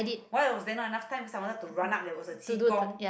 why was there not enough time cause I wanted to run up there was a qi-gong